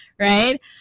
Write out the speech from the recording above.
right